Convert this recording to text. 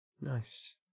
Nice